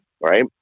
right